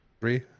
Three